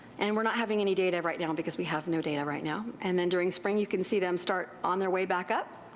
and weire not having any data right now because we have no data right now, and then during spring you can see them start on their way back up.